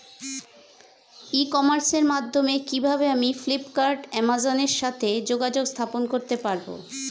ই কমার্সের মাধ্যমে কিভাবে আমি ফ্লিপকার্ট অ্যামাজন এর সাথে যোগাযোগ স্থাপন করতে পারব?